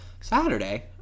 Saturday